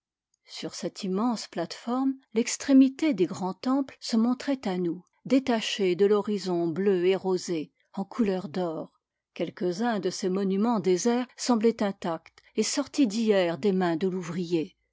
sur cette immense plate-forme l'extrémité des grands temples se montrait à nous détachée de l'horizon bleu et rosé en couleur d'or quelques uns de ces monumens déserts semblaient intacts et sortis d'hier des mains de l'ouvrier